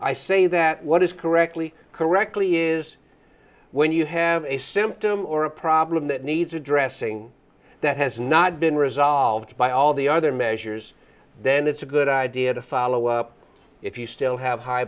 i say that what is correctly correctly is when you have a symptom or a problem that needs addressing that has not been resolved by all the other measures then it's a good idea to follow up if you still have high